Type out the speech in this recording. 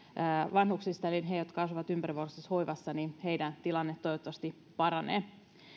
vanhuksista heillä jotka asuvat ympärivuorokautisessa hoivassa tilanne toivottavasti paranee